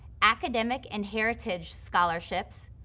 academic and heritage scholarships,